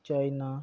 China